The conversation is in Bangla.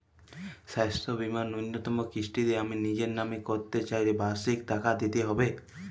স্বাস্থ্য বীমার ন্যুনতম কিস্তিতে আমি নিজের নামে করতে চাইলে বার্ষিক কত টাকা দিতে হবে?